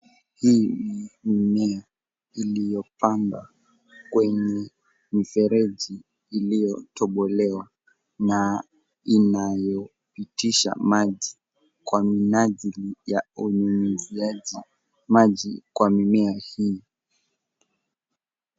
Hii ni mimea iliyopandwa kwenye mifereji iliyotobolewa na inayopitisha maji kwa minajili ya unyunyiziaji maji kwa mimea hii.